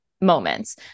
Moments